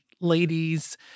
ladies